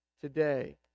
today